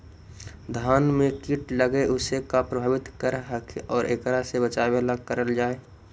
धान में कीट लगके उसे कैसे प्रभावित कर हई और एकरा से बचेला का करल जाए?